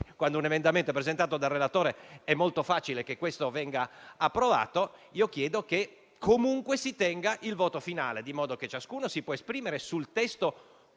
quando un emendamento è presentato dal relatore, è molto facile che questo venga approvato), chiedo che comunque si tenga il voto finale. E lo chiedo in modo che ciascuno si possa esprimere sul testo